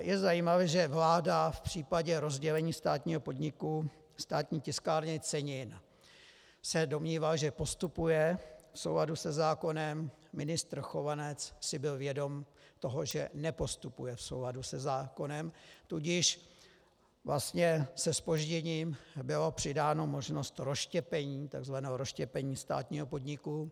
Je zajímavé, že vláda v případě rozdělení státního podniku Státní tiskárny cenin se domnívá, že postupuje v souladu se zákonem, ministr Chovanec si byl vědom toho, že nepostupuje v souladu se zákonem, tudíž vlastně se zpožděním byla přidána možnost tzv. rozštěpení státního podniku.